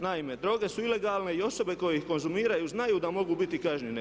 Naime, droge su ilegalne i osobe koje ih konzumiraju znaju da mogu biti kažnjene.